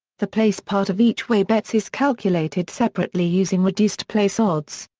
the place part of each-way bets is calculated separately using reduced place odds.